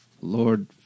Lord